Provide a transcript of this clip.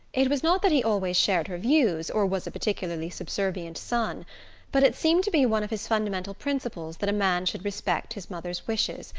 it was not that he always shared her views, or was a particularly subservient son but it seemed to be one of his fundamental principles that a man should respect his mother's wishes,